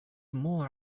more